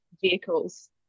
vehicles